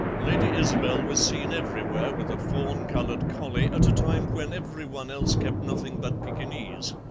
lady isobel was seen everywhere with a fawn coloured collie at a time when every one else kept nothing but pekinese,